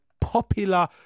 popular